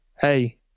Hey